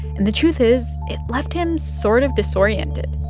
and the truth is, it left him sort of disoriented.